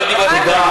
תודה.